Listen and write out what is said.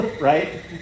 right